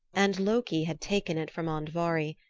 and loki had taken it from andvari,